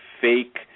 fake